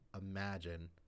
imagine